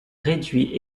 réduit